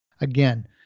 Again